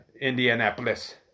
indianapolis